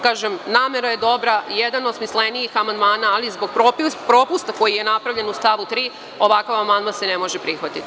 Kažem, namera je dobra i jedan je od smislenijih amandmana, ali zbog propusta koji je napravljen u stavu 3. ovakav amandman se ne može prihvatiti.